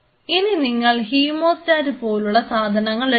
ഇനി നിങ്ങൾ ഹിമോസ്റ്റാറ്റ് പോലുള്ള സാധനങ്ങൾ എടുക്കുക